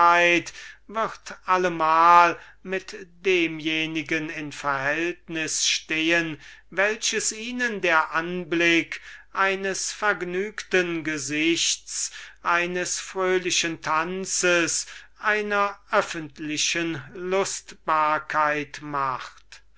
allemal mit demjenigen in verhältnis stehen welches ihnen der anblick eines vergnügten gesichts eines fröhlichen tanzes einer öffentlichen lustbarkeit macht